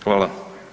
Hvala.